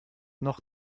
noch